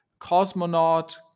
cosmonaut